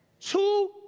Two